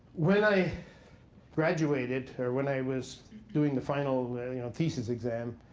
when i graduated, or when i was doing the final thesis exam,